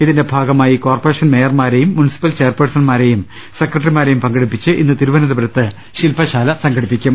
ഇതിന്റെ ഭാഗമായി കോർപറേഷൻ മേയർമാരെയും മുൻസിപ്പൽ ചെയർപേ ഴ്സൺമാരെയും സെക്രട്ടറിമാരെയും പങ്കെടുപ്പിച്ച് ഇന്ന് തിരുവനന്തപുരത്ത് ശില്പ ശാല സംഘടിപ്പിക്കും